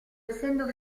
essendo